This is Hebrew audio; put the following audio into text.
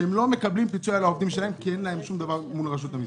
שלא מקבלות פיצוי על העובדים שלהן כי אין להן שום דבר מול רשות המסים.